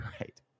Right